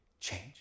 change